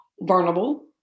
vulnerable